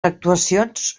actuacions